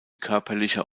körperlicher